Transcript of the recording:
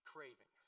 Craving